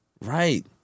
Right